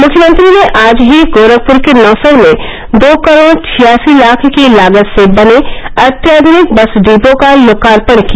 मुख्यमंत्री ने आज ही गोरखपुर के नौसड़ में दो करोड़ छियासी लाख की लागत से बने अत्याध्रनिक बस डिपो का लोकार्पण किया